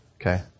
okay